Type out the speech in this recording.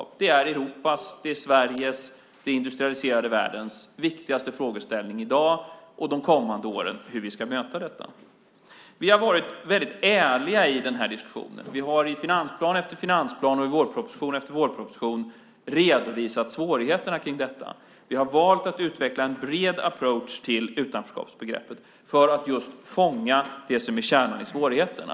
Hur vi ska möta detta är Europas, Sveriges och den industrialiserade världens viktigaste frågeställning i dag och de kommande åren. Vi har varit väldigt ärliga i den här diskussionen. I finansplan efter finansplan och i vårproposition efter vårproposition har vi redovisat svårigheterna med detta. Vi har valt att utveckla en bred approach till utanförskapsbegreppet för att just fånga det som är kärnan i svårigheten.